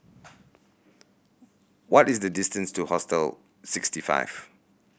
what is the distance to Hostel Sixty Five